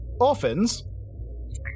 orphans